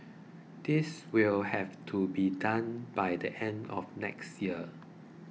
this will have to be done by the end of next year